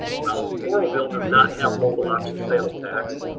well coralville does not have the local option sales tax,